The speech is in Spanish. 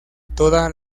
toda